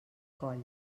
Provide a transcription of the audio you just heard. coll